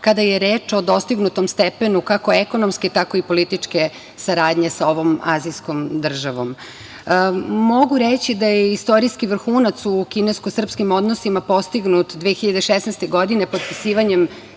kada je reč o dostignutom stepenu kako ekonomske, tako i političke saradnje sa ovom azijskom državom. Mogu reći da je istorijski vrhunac u kinesko-srpskim odnosima postignut 2016. godine, potpisivanjem